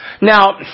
Now